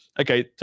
okay